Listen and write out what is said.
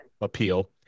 appeal